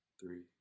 Three